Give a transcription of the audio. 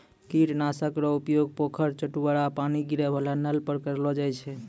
कीट नाशक रो उपयोग पोखर, चवुटरा पानी गिरै वाला नल पर करलो जाय छै